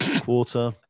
Quarter